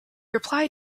replied